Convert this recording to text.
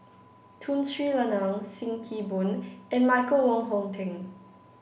Tun Sri Lanang Sim Kee Boon and Michael Wong Hong Teng